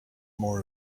more